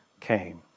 came